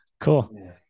cool